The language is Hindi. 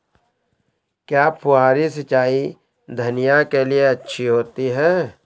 क्या फुहारी सिंचाई धनिया के लिए अच्छी होती है?